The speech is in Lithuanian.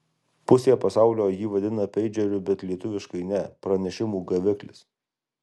pusė pasaulio jį vadina peidžeriu bet lietuviškai ne pranešimų gaviklis